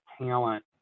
talent